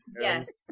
Yes